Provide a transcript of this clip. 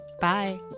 Bye